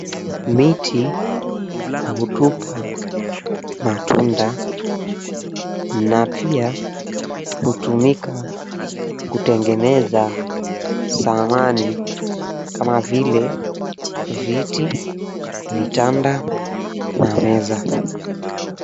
Miti hutupa matunda na pia hutumika kutengeneza sahamani kama vile viti, vitanda na meza.